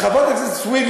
חברת הכנסת סויד,